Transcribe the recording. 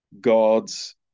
God's